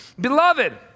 Beloved